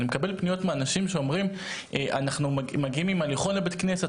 אני מקבל פניות מאנשים שאומרים: אנחנו מגיעים עם הליכון לבית כנסת,